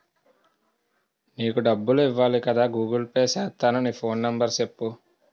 నీకు డబ్బులు ఇవ్వాలి కదా గూగుల్ పే సేత్తాను నీ ఫోన్ నెంబర్ సెప్పు